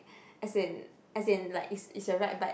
as in as in like it's it's a right but